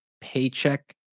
paycheck